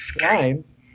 lines